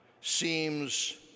seems